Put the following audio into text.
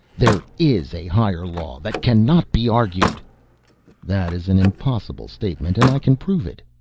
there is a higher law that cannot be argued that is an impossible statement and i can prove it.